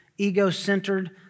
ego-centered